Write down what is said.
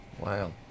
Wow